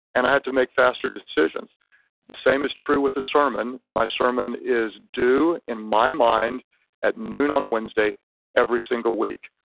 and i have to make faster decisions the same is true with a sermon. my sermon is due in my mind at noon on wednesday every single week.